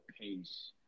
pace